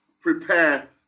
prepare